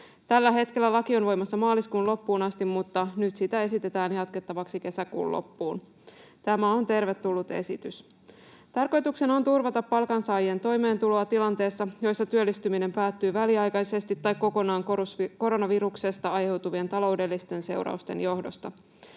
Tällä hetkellä laki on voimassa maaliskuun loppuun asti, mutta nyt sitä esitetään jatkettavaksi kesäkuun loppuun. Tämä on tervetullut esitys. Tarkoituksena on turvata palkansaajien toimeentuloa tilanteissa, joissa työllistyminen päättyy väliaikaisesti tai kokonaan koronaviruksesta aiheutuvien taloudellisten seurausten johdosta.